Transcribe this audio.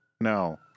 No